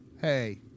hey